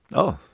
oh,